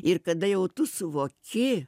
ir kada jau tu suvoki